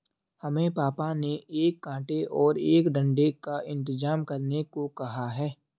हमें पापा ने एक कांटे और एक डंडे का इंतजाम करने को कहा है